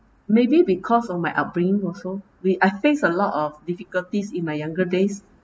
maybe because of my upbringing also we I face a lot of difficulties in my younger days